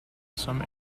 some